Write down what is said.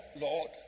Lord